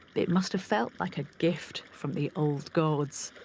it must have felt like a gift from the old gods.